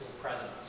presence